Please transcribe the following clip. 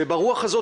וברוח הזאת,